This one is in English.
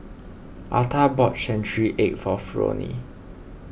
Arta bought Century Egg for Fronie